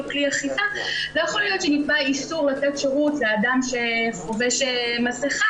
כלי אכיפה לא יכול להיות שנקבע איסור לתת שירות לאדם שחובש מסכה,